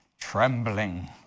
trembling